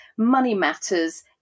moneymatters